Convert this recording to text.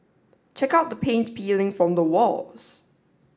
check out the paint peeling from the walls